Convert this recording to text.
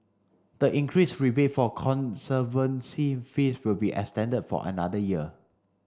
the increased rebate for conservancy fees will be extended for another year